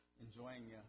Enjoying